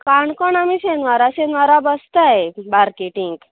काणकोण आमी शेनवारा शेनवारा बसताय मार्केटींक